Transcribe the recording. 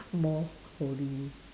more holy